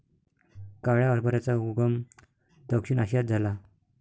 काळ्या हरभऱ्याचा उगम दक्षिण आशियात झाला